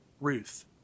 Ruth